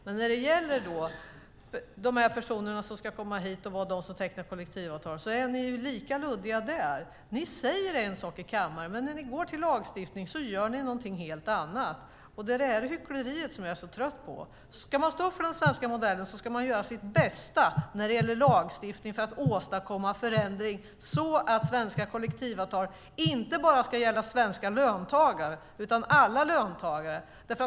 Men när det gäller de här personerna som ska komma hit och vara dem som tecknar kollektivavtal är ni lika luddiga. Ni säger en sak i kammaren, och när ni går till lagstiftning gör ni någonting helt annat. Det är det här hyckleriet som jag är så trött på. Ska man stå för den svenska modellen ska man göra sitt bästa när det gäller lagstiftning för att åstadkomma förändring så att svenska kollektivavtal inte bara ska gälla svenska löntagare utan alla löntagare.